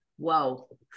Whoa